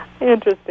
Interesting